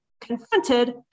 Confronted